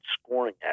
scoring